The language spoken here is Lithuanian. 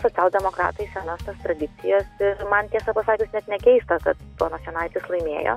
socialdemokratai senas tas tradicijas man tiesą pasakius net ne keista kad ponas jonaitis laimėjo